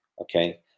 okay